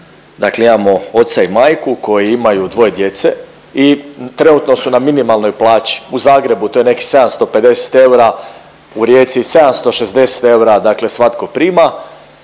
dakle imamo oca i majku, koji imaju dvoje djece i trenutno su na minimalnoj plaći u Zagrebu, to je nekih 750 eura, u Rijeci 760 eura, dakle svatko prima,